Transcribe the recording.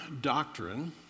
doctrine